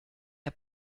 der